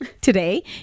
today